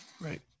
right